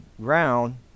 ground